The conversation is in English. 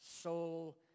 soul